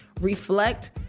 reflect